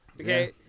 Okay